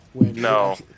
No